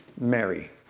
Mary